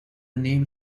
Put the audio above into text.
name